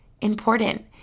important